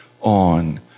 on